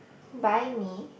buy me